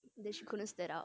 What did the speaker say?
then she couldn't stand up